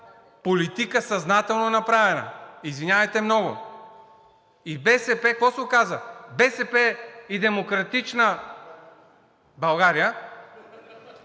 политика, съзнателно направена, извинявайте много. И БСП какво се оказа? БСП и „Демократична България“